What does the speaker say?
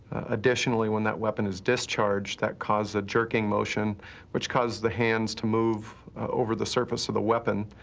additionally, when that weapon is discharged, that caused a jerking motion which causes the hands to move over the surface of the weapon.